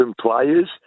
players